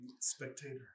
Spectator